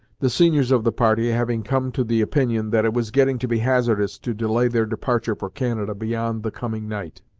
the seniors of the party having come to the opinion that it was getting to be hazardous to delay their departure for canada beyond the coming night.